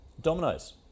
dominoes